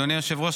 אדוני היושב-ראש,